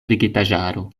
vegetaĵaro